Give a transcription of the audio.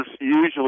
usually